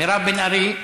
מירב בן ארי,